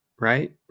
right